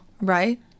right